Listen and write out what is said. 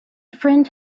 friend